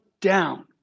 down